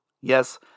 Yes